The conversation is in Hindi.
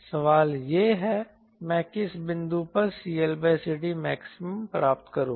सवाल यह है मैं किस बिंदु पर CLCDmax प्राप्त करूं